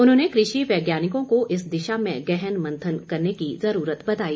उन्होंने कृषि वैज्ञानिकों को इस दिशा में गहन मंथन करने की जरूरत बताई